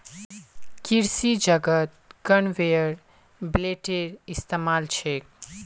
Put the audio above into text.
कृषि जगतत कन्वेयर बेल्टेर इस्तमाल छेक